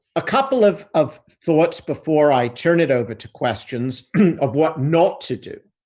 a couple of of thoughts before i turn it over to questions of what not to do.